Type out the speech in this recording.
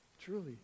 Truly